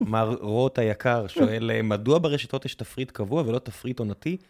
מר רות היקר שואל, מדוע ברשתות יש תפריט קבוע ולא תפריט עונתי?